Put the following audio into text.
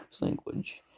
language